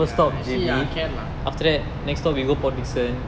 ya actually ya can lah